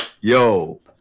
yo